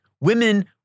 Women